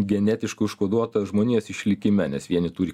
genetiškai užkoduota žmonijos išlikime nes vieni turi